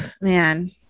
man